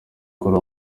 kuri